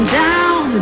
down